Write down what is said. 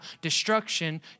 destruction